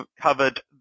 covered